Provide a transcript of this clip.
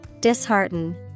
Dishearten